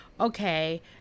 okay